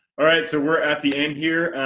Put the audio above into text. alright, so we're at the end here.